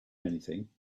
anything